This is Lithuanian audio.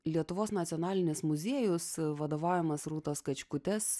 lietuvos nacionalinis muziejus vadovaujamas rūtos kačkutės